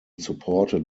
supported